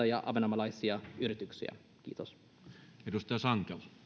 ja ahvenanmaalaisia yrityksiä kiitos arvoisa